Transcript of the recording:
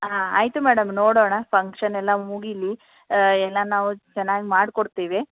ಹಾಂ ಆಯಿತು ಮೇಡಮ್ ನೋಡೋಣ ಫಂಕ್ಷನ್ ಎಲ್ಲ ಮುಗಿಯಲಿ ಎಲ್ಲ ನಾವು ಚೆನ್ನಾಗಿ ಮಾಡಿಕೊಡ್ತೇವೆ